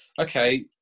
okay